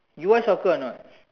you watch soccer or not